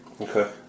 Okay